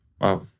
wow